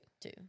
Two